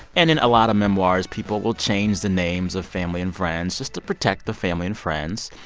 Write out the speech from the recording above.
and in a lot of memoirs, people will change the names of family and friends just to protect the family and friends.